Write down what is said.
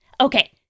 Okay